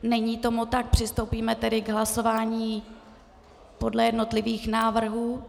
Není tomu tak, přistoupíme tedy k hlasování podle jednotlivých návrhů.